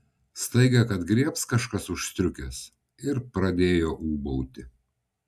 staiga kad griebs kažkas už striukės ir pradėjo ūbauti